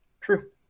True